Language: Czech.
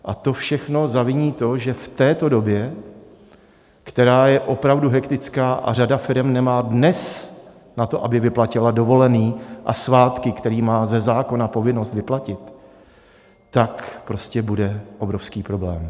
A to všechno zaviní to, že v této době, která je opravdu hektická, a řada firem nemá dnes na to, aby vyplatila dovolené a svátky, které má ze zákona povinnost vyplatit, tak prostě bude obrovský problém.